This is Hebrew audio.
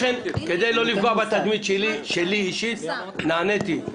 לכן כדי לא לפגוע בתדמית שלי אישית, נעניתי.